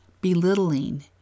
belittling